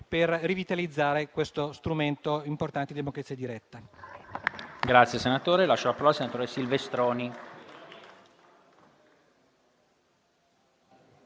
per rivitalizzare questo strumento importante di democrazia diretta.